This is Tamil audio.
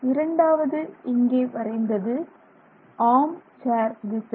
இரண்டாவது இங்கே வரைந்தது ஆர்ம் சேர் திசை